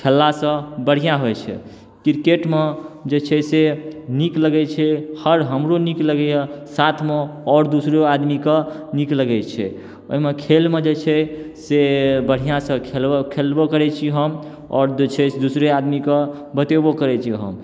खेललासँ बढ़िआँ होइत छै क्रिकेटमे जे छै से नीक लगैत छै हर हमरो नीक लगैया साथमे आओर दूसरो आदमी कऽ नीक लगैत छै ओहिमे खेलमे जे छै से बढ़िआँसँ खेलबो खेलबो करैत छी हम आओर जे छै से दूसरे आदमी कऽ बतेबो करैत छी हम